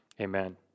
Amen